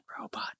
robot